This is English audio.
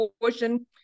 portion